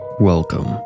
Welcome